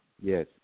Yes